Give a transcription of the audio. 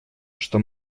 что